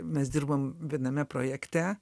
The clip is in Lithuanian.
mes dirbom viename projekte